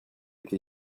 été